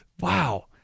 Wow